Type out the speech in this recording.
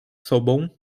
sobą